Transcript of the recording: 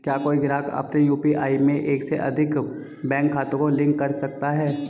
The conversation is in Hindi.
क्या कोई ग्राहक अपने यू.पी.आई में एक से अधिक बैंक खातों को लिंक कर सकता है?